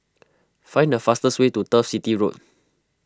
find the fastest way to Turf City Road